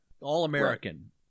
All-American